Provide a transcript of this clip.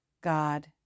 God